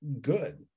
good